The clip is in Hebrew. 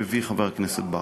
שמביא חבר הכנסת בר.